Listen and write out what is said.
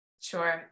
Sure